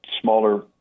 smaller